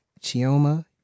Chioma